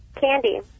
Candy